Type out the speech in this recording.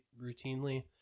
routinely